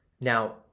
Now